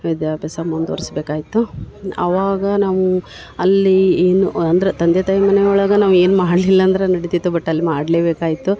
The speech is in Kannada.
ವಿದ್ಯಾಭ್ಯಾಸ ಮುಂದುವರ್ಸ್ಬೇಕಾಯಿತು ಅವಾಗ ನಾವು ಅಲ್ಲಿ ಏನೋ ಅಂದ್ರ ತಂದೆ ತಾಯಿ ಮನೆಯೊಳಗೆ ನಾವು ಏನು ಮಾಡಲಿಲ್ಲ ಅಂದ್ರ ನಡಿತೈತೆ ಬಟ್ ಅಲ್ಲಿ ಮಾಡ್ಲೇಬೇಕಾಯಿತು